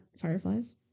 fireflies